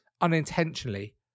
unintentionally